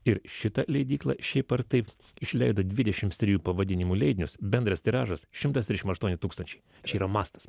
ir šita leidykla šiaip ar taip išleido dvidešimt trijų pavadinimų leidinius bendras tiražas šimtas trisdešimt aštuoni tūkstančiai čia yra mastas